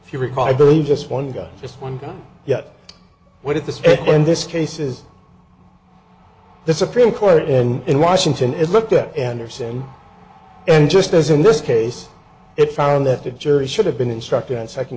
if you recall i believe just one guy just one guy yes what is this in this case is the supreme court and in washington is looked at anderson and just as in this case it found that the jury should have been instructed on second